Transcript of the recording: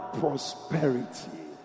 prosperity